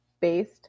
Based